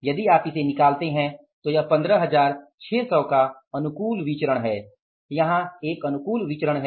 यदि आप इसे निकालते है तो यह 15600 का अनुकूल विचरण है